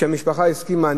כשהמשפחה הסכימה,